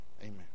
Amen